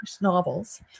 novels